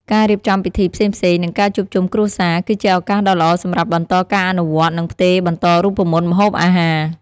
ការរៀបចំពិធីផ្សេងៗ និងការជួបជុំគ្រួសារ គឺជាឱកាសដ៏ល្អសម្រាប់បន្តការអនុវត្តន៍ និងផ្ទេរបន្តរូបមន្តម្ហូបអាហារ។